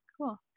cool